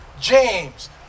James